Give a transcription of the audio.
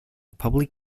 public